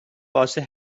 واسه